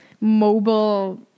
mobile